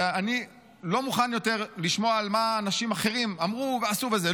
ואני לא מוכן יותר לשמוע על מה אנשים אחרים אמרו ועשו וזה.